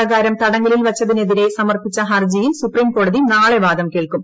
പ്രകാരം തടങ്കലിൽ വച്ചതിനെതിരെ സമർപ്പിച്ച ഹർജിയിൽ സുപ്രീംകോടതി നാളെ വാദം കേൾക്കും